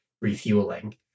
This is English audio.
refueling